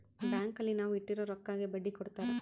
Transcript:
bank ಅಲ್ಲಿ ನಾವ್ ಇಟ್ಟಿರೋ ರೊಕ್ಕಗೆ ಬಡ್ಡಿ ಕೊಡ್ತಾರ